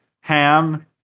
ham